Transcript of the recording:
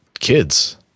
kids